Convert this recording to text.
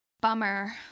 Bummer